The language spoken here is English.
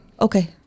Okay